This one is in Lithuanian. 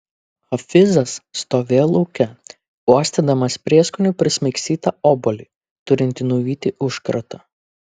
hafizas stovėjo lauke uostydamas prieskonių prismaigstytą obuolį turintį nuvyti užkratą